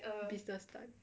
business times